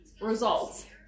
results